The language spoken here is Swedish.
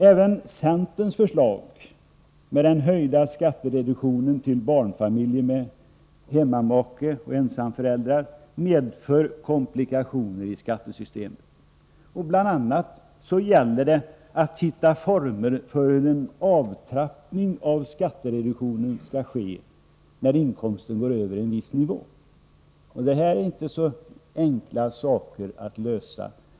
Även centerns förslag, med den höjda skattereduktionen till barnfamiljer med hemmamake eller ensamförälder, medför komplikationer i skattesystemet. Bl. a. gäller det att hitta former för hur en avtrappning av skattereduktionen skall ske, när inkomsten går över en viss nivå. Detta problem är inte så enkelt att lösa.